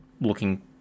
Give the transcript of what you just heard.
looking